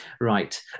Right